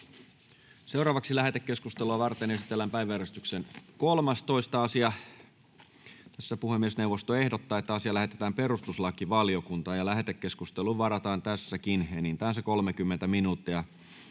Content: Lähetekeskustelua varten esitellään päiväjärjestyksen 13. asia. Puhemiesneuvosto ehdottaa, että asia lähetetään perustuslakivaliokuntaan. Lähetekeskusteluun varataan tässäkin enintään 30 minuuttia.